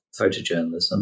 photojournalism